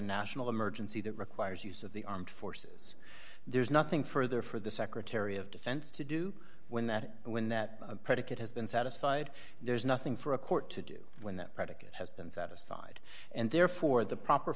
national emergency that requires use of the armed forces there's nothing further for the secretary of defense to do when that when that predicate has been satisfied there's nothing for a court to do when that predicate has been satisfied and therefore the proper